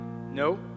No